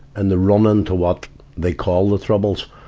and the run-in to what they call the troubles,